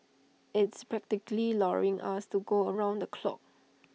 it's practically luring us to go around the clock